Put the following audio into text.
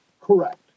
correct